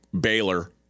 Baylor